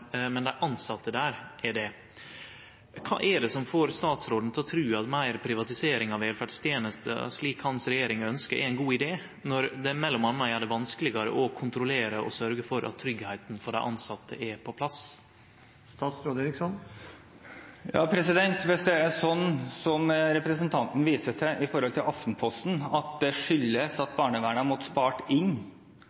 men dei tilsette der er det. Kva er det som får statsråden til å tru at meir privatisering av velferdstenester, slik regjeringa hans ønskjer, er ein god idé når det m.a. gjer det vanskelegare å kontrollere og sørgje for at tryggleiken for dei tilsette er på plass? Hvis det er slik som representanten viser til fra Aftenposten, at det skyldes at